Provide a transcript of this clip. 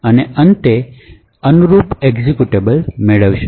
અને અંતે અનુરૂપ એક્ઝેક્યુટેબલ મેળવો